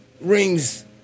rings